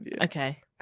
Okay